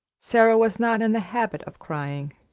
sara was not in the habit of crying.